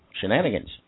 shenanigans